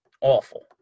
Awful